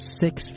six